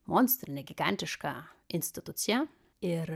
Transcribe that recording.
monstrinę gigantišką instituciją ir